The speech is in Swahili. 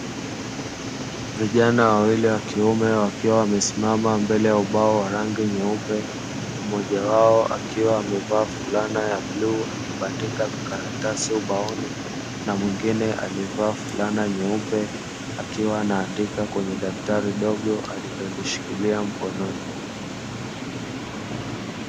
Vijana wawili wa kiume wakiwa wamesimama mbele ya ubao wa rangi nyeupe, mmoja wao akiwa amevaa fulana ya bluu, akibandika vikaratasi ubaoni na mwingine aliyevaa fulana nyeupe akiandika kwenye daftari dogo aliloshikilia mkononi.